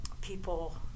people